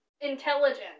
intelligence